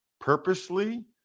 purposely